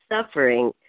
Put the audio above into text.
suffering